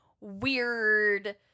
weird